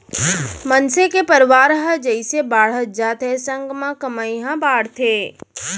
मनसे के परवार ह जइसे बाड़हत जाथे संग म कमई ह बाड़थे